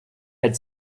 had